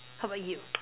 how about you